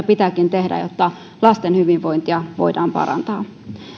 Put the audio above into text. pitääkin tehdä jotta lasten hyvinvointia voidaan parantaa